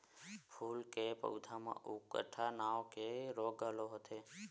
फूल के पउधा म उकठा नांव के रोग घलो होथे